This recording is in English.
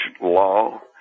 law